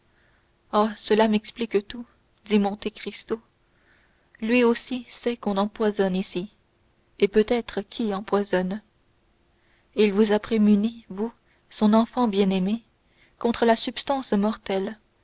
oh cela m'explique tout dit monte cristo lui aussi sait qu'on empoisonne ici et peut-être qui empoisonne il vous a prémunie vous son enfant bien-aimée contre la substance mortelle